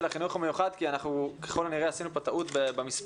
החינוך המיוחד כי ככל הנראה עשינו כאן טעות במספרים.